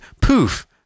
poof